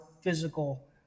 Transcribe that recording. physical